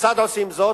כיצד עושים זאת?